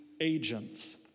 agents